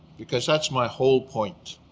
because that's my whole point.